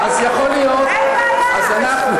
ברצינות, נו.